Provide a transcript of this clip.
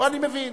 פה אני מבין,